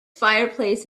fireplace